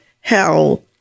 hell